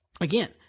Again